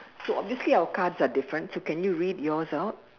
so obviously our cards are different so can you read yours out